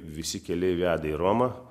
visi keliai veda į romą